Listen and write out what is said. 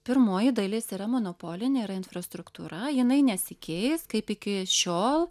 pirmoji dalis yra monopolinė yra infrastruktūra jinai nesikeis kaip iki šiol